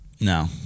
No